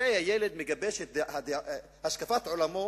הרי הילד מגבש את השקפת עולמו